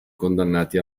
condannati